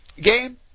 game